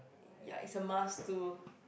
ya is a must to